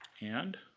and